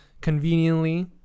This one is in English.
Conveniently